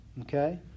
Okay